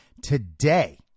Today